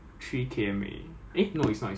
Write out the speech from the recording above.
ya so I can touch Malaysia basically